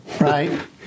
Right